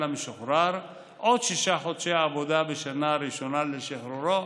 המשוחרר עוד שישה חודשי עבודה בשנה הראשונה לשחרורו,